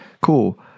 cool